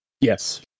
yes